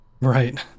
Right